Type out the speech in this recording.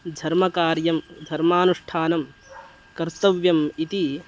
धर्मकार्यं धर्मानुष्ठानं कर्तव्यम् इति